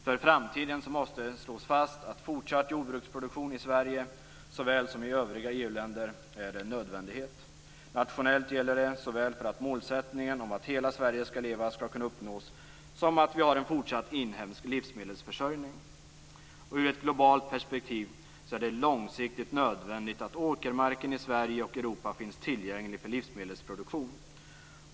För framtiden måste slås fast att fortsatt jordbruksproduktion i Sverige såväl som i övriga EU länder är en nödvändighet. Nationellt gäller det såväl för att målsättningen om att hela Sverige skall leva skall kunna uppnås som att vi har en fortsatt inhemsk livsmedelsförsörjning. Ur ett globalt perspektiv är det långsiktigt nödvändigt att åkermarken i Sverige och Europa finns tillgänglig för livsmedelsproduktion.